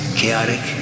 chaotic